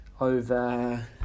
over